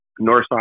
Northside